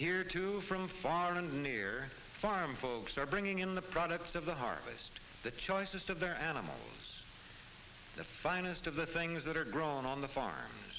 here to from far and near farm folks are bringing in the products of the harvest the choicest of their animals the finest of the things that are grown on the farm